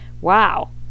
wow